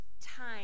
time